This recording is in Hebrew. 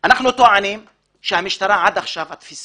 אנחנו טוענים שהתפיסה של המשטרה עד עכשיו,